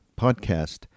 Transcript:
podcast